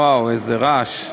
וואו, איזה רעש.